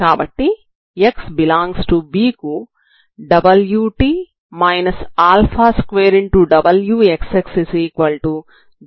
కాబట్టి x∈B కు wt 2wxx0 అవుతుంది